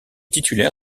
titulaire